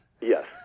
Yes